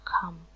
come